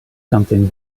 something